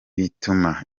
bituma